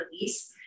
release